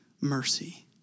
mercy